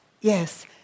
yes